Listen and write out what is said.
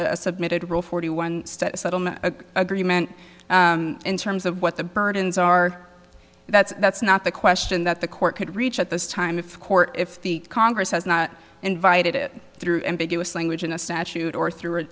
a submitted rule forty one settlement agreement in terms of what the burdens are that's that's not the question that the court could reach at this time if the court if the congress has not invited it through ambiguous language in a statute or through a